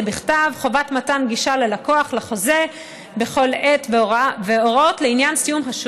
בדיווח ללקוחות על פעולות שנעשו